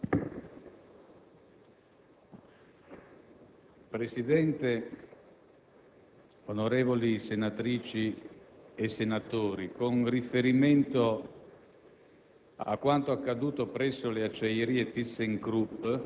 Presidente, onorevoli senatrici e senatori, con riferimento